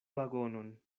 vagonon